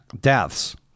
deaths